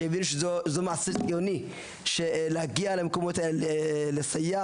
שרואות את השליחות הציונית מאחורי הסיוע